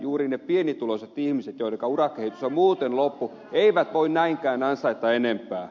juuri ne pienituloiset ihmiset joidenka urakehitys on muuten loppu eivät voi näinkään ansaita enempää